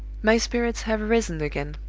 my spirits have risen again.